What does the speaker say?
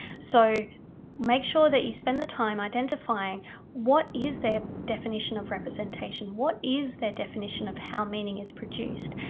so make sure that you spend the time identifying what is their definition of representation, what is their definition of how meaning is produced,